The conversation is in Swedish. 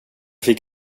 fick